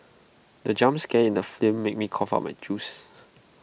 the jump scare in the film made me cough out my juice